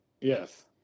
Yes